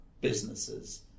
businesses